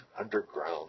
underground